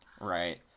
right